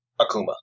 Akuma